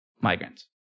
migrants